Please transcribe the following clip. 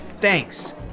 thanks